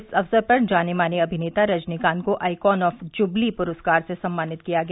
इस अवसर पर जाने माने अभिनेता रजनीकांत को आईकॉन ऑफ जुवली पुरस्कार से सम्मानित किया गया